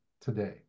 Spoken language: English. today